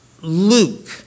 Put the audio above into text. Luke